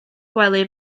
gwely